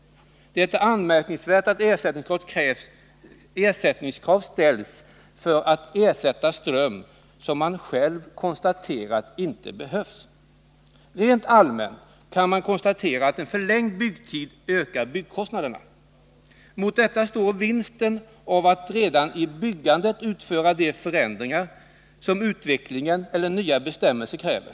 Det är anmärkningsvärt att det ställs krav på ersättning för att man inte får producera elström, som man själv konstaterat inte behövs. Rent allmänt kan konstateras att en förlängd byggtid ökar byggkostnaderna. Mot detta står vinsten av att redan i byggandet utföra de förändringar som utvecklingen och nya bestämmelser kräver.